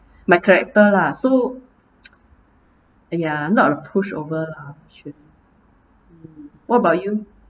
my character lah so uh ya not a pushover lah s~ what about you